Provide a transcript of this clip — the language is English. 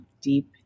deep